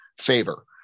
favor